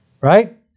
Right